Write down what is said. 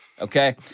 Okay